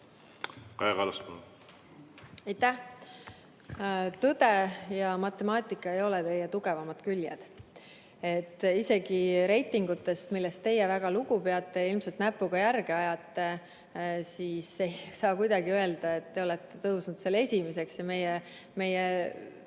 taastuda. Aitäh! Tõde ja matemaatika ei ole teie tugevamad küljed. Isegi reitingute puhul, millest te väga lugu peate ja milles ilmselt näpuga järge ajate, ei saa kuidagi öelda, et te olete tõusnud esimeseks ja meie